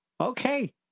okay